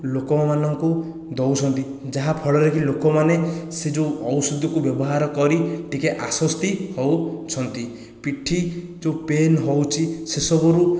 ଲୋକମାନଙ୍କୁ ଦେଉଛନ୍ତି ଯାହା ଫଳରେ କି ଲୋକମାନେ ସେ ଯେଉଁ ଔଷଧକୁ ବ୍ୟବହାର କରି ଟିକେ ଆଶ୍ଵସ୍ତି ହେଉଛନ୍ତି ପିଠି ଯେଉଁ ପେନ୍ ହେଉଛି ସେସବୁ ରୁ